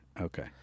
Okay